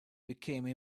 became